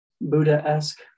Buddha-esque